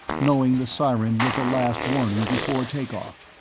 knowing the siren was the last warning before takeoff.